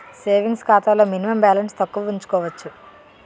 savings ఖాతాలో minimum balance తక్కువ ఉంచుకోవచ్చు